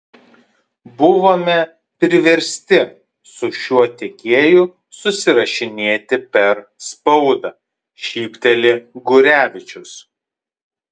buvome priversti su šiuo tiekėju susirašinėti per spaudą šypteli gurevičius